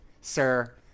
sir